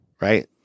right